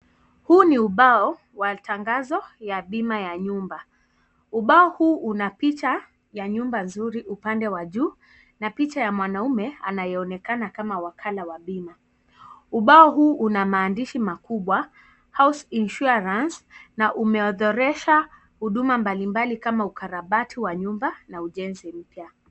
Huu ni ubao wa tangazo ya bima ya nyumba. Ubao huu Una picha ya nyumba nzuri upande wa juu na picha ya mwanaume anayeonekana kama wakala wa bima. Ubao huu Una maandishi makubwa, house insurance na umeodhoresha Huduma mbalimbali kama karabati wa nyumba na ujenzi mpya.